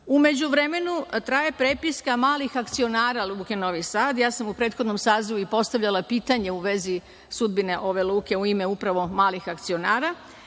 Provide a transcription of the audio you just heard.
međuvremenu traje prepiska malih akcionara Luke Novi Sad, ja sam u prethodnom sazivu i postavljala pitanja u vezi sudbine ove luke, u ime upravo malim akcionara.